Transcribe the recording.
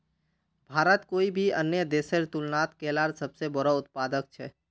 भारत कोई भी अन्य देशेर तुलनात केलार सबसे बोड़ो उत्पादक छे